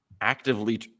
actively